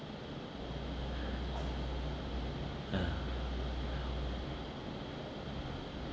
ah